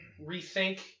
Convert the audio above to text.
rethink